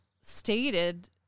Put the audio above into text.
stated